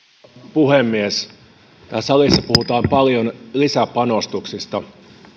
puhemies täällä salissa puhutaan paljon lisäpanostuksista